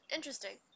Interesting